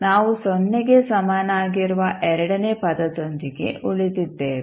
ನಾವು ಸೊನ್ನೆಗೆ ಸಮನಾಗಿರುವ ಎರಡನೇ ಪದದೊಂದಿಗೆ ಉಳಿದಿದ್ದೇವೆ